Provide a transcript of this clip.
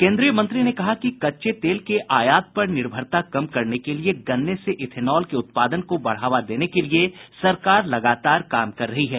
केन्द्रीय मंत्री ने कहा कि कच्चे तेल के आयात पर निर्भरता कम करने के लिए गन्ने से इथेनॉल के उत्पादन को बढ़ावा देने के लिए सरकार लगातार काम कर रही है